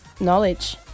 knowledge